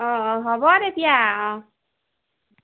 অঁ অঁ হ'ব তেতিয়া অঁ